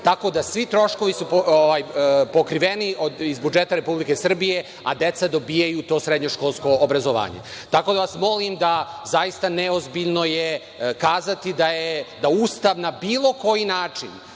tako da svi troškovi su pokriveni iz budžeta Republike Srbije, a deca dobijaju to srednjoškolsko obrazovanje. Tako da vas molim da zaista, neozbiljno je kazati da Ustav na bilo koji način